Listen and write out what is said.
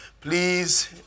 please